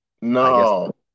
No